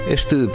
Este